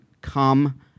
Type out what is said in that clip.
come